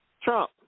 Trump